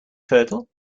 turtle